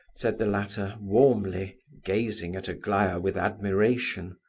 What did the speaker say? said the latter, warmly, gazing at aglaya with admiration.